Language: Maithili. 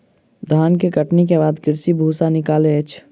धान के कटनी के बाद कृषक भूसा निकालै अछि